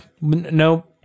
no